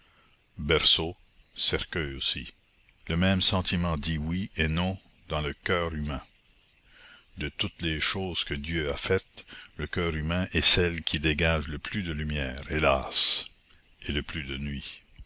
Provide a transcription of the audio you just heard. berceau cercueil aussi le même sentiment dit oui et non dans le coeur humain de toutes les choses que dieu a faites le coeur humain est celle qui dégage le plus de lumière hélas et le plus de nuit